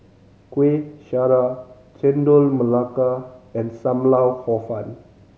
Kueh Syara Chendol Melaka and Sam Lau Hor Fun